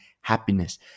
happiness